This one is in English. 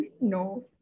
no